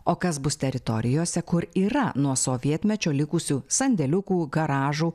o kas bus teritorijose kur yra nuo sovietmečio likusių sandėliukų garažų